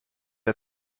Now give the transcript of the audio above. der